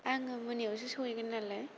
आङो मोनायावसो सहैगोन नालाय